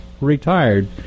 retired